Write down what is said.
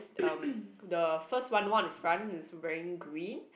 um the first one one on the front is wearing green